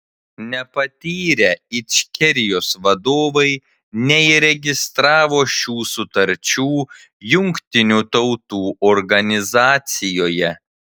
nepatyrę ičkerijos vadovai neįregistravo šių sutarčių jungtinių tautų organizacijoje